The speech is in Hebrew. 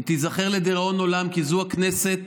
היא תיזכר לדיראון עולם כי זאת הכנסת